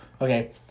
Okay